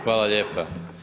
Hvala lijepa.